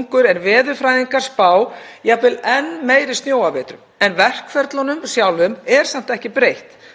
Ég spyr því að lokum hvort hæstv. ráðherra telji þörf á breyttum verkferlum til að bregðast við ástandinu og breyttum